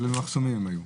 אבל במחסומים הם היו.